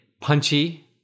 punchy